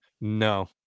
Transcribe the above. No